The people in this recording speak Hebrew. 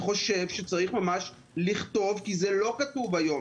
וצריך ממש לכתוב כי זה לא כתוב היום,